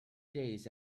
days